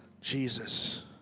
Jesus